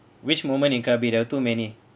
which moment in krabi there were too many